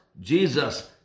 Jesus